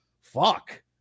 Fuck